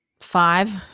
five